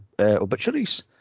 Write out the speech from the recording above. obituaries